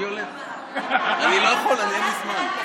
אני הולך, אני לא יכול, אין לי זמן.